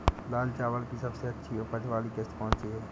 लाल चावल की सबसे अच्छी उपज वाली किश्त कौन सी है?